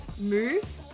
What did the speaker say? Move